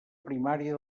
primària